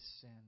sin